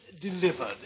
delivered